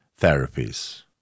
therapies